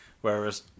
Whereas